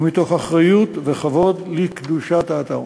ומתוך אחריות וכבוד לקדושת האתר.